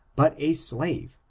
but a slave.